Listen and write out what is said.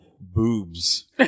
boobs